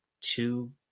two